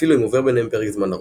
ואפילו אם עובר ביניהם פרק זמן ארוך.